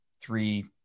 three